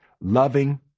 Loving